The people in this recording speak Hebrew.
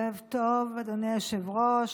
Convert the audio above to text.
אדוני היושב-ראש,